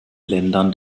ländern